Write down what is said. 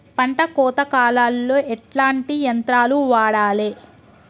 పంట కోత కాలాల్లో ఎట్లాంటి యంత్రాలు వాడాలే?